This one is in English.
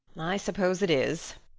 i suppose it is,